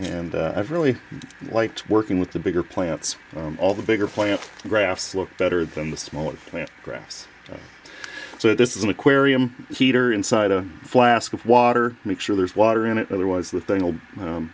and i've really liked working with the bigger plants all the bigger plant graphs look better than the smaller plant grass so this is an aquarium heater inside a flask of water make sure there's water in it otherwise the thing will